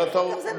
גם זה נכון.